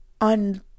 on